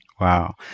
Wow